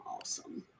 Awesome